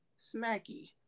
Smacky